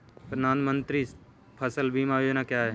प्रधानमंत्री फसल बीमा योजना क्या है?